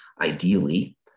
Ideally